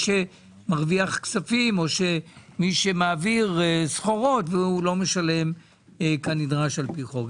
שמרוויח כספים או מי שמעביר סחורות ולא משלם כנדרש על פי חוק?